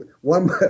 One